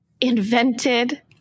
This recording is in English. invented